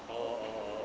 oh oh oh oh oh